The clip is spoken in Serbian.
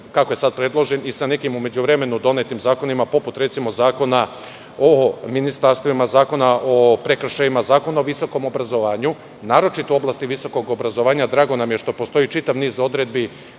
kako je sad predložen, i sa nekim u međuvremenu donetim zakonima, poput, recimo, Zakona o ministarstvima, Zakona o prekršajima, Zakona o visokom obrazovanju, naročito u oblasti visokog obrazovanja. Drago nam je što postoji čitav niz odredbi